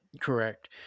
Correct